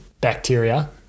bacteria